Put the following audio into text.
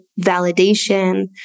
validation